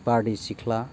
बारदै सिख्ला